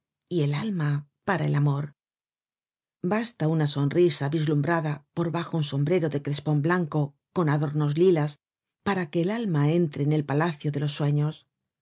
y el alma para el amor basta una sonrisa vislumbrada por bajo un sombrero de crespon blanco con adornos de lilas para que el alma entre en el palacio de los sueños